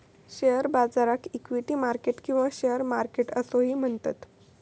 share बाजाराक equity market किंवा share market असोही म्हणतत